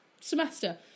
semester